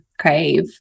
crave